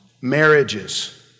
marriages